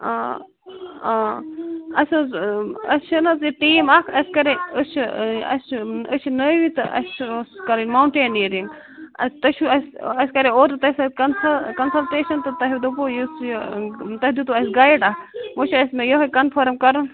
آ آ اَسہِ حَظ اَسہِ چھِ نہٕ حَظ یہ ٹیٖم اَکھ اَسہِ کٔرے أسۍ چھِ اَسہِ چھُ أسۍ چھِ نٔوِی تہٕ اَسہِ چھُ ٲس کَرٕنۍ مونٹنیرِنٛگ تُہۍ چھِ اَسہِ اَسہِ کَرے اوترٕ تۄہہِ سٍتۍ کنسلٹٮ۪شن تہٕ تۄہہِ دوپوٕ تۄہہِ دیُتوٕ اَسہِ گایڈ اَکھ وۄنۍ چھُ مےٚ یوٚہے کنفٲرٕم کَرُن